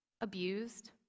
abused